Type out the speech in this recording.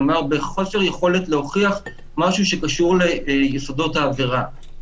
כלומר בחוסר יכולת להוכיח משהו שקשור ליסודות העבירה.